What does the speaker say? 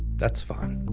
that's fine.